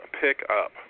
pickup